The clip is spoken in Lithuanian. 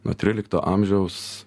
nuo trylikto amžiaus